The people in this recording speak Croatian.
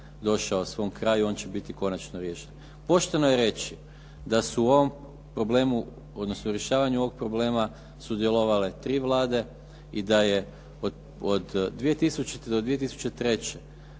došao svom kraju on će biti konačno riješen. Pošteno je reći da su u rješavanju ovog problema sudjelovale 3 vlade. I da je od 2000. do 2003.